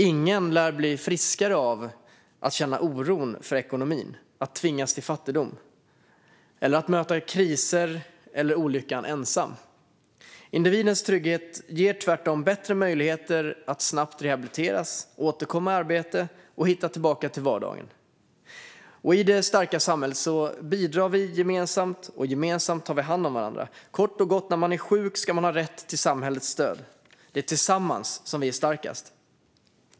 Ingen lär bli friskare av att känna oro över ekonomin, tvingas till fattigdom eller möta kriser eller olycka ensam. Individens trygghet ger tvärtom bättre möjligheter att snabbt rehabiliteras, återkomma i arbete och hitta tillbaka till vardagen. I ett starkt samhälle bidrar vi gemensamt och tar gemensamt hand om varandra. Detta innebär kort och gott att när man är sjuk ska man ha rätt till samhällets stöd. Det är tillsammans som vi är starkast.